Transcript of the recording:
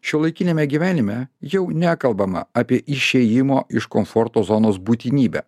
šiuolaikiniame gyvenime jau nekalbama apie išėjimo iš komforto zonos būtinybę